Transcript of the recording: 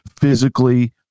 physically